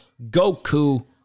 Goku-